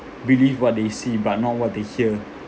believe what they see but not what they hear